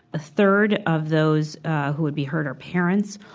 a third of those who would be hurt are parents.